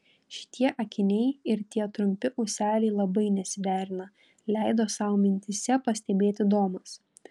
šitie akiniai ir tie trumpi ūseliai labai nesiderina leido sau mintyse pastebėti domas